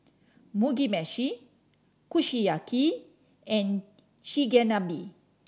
Mugi Meshi Kushiyaki and Chigenabe